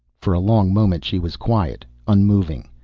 for a long moment she was quiet, unmoving.